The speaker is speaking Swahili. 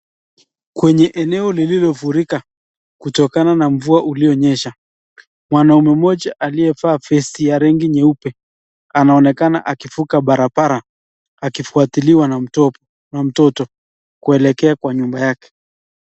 Kwenye eneo lilofurika, kutokana na mvua uliyonyesha, mwanaume moja aliyevaa vesti ya rangi nyeupe, anaonekana akivuka barabara, akifuatiliwa na mtoto kuelekea kwa nyumba yake.